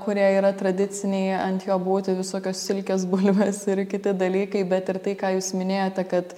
kurie yra tradiciniai ant jo būti visokios silkės bulvės ir kiti dalykai bet ir tai ką jūs minėjote kad